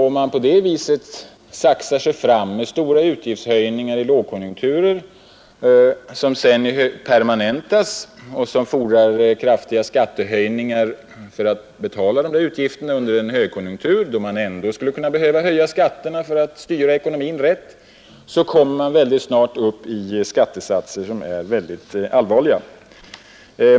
Om man på det sättet saxar sig fram med stora utgiftshöjningar i lågkonjunkturer som sedan permanentas och fordrar kraftiga skattehöjningar för att betala utgifterna i en högkonjunktur, då man ändå skulle behöva höja skatterna för att styra ekonomin rätt, kommer man snart upp i skattesatser som är mycket allvarliga.